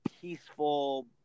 peaceful